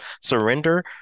surrender